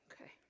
Okay